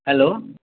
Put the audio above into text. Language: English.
hello